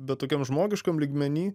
bet tokiam žmogiškam lygmeny